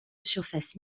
surfaces